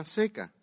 seca